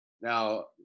Now